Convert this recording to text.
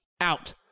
out